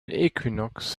equinox